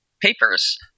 papers